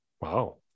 Wow